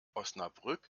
osnabrück